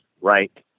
right